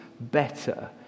better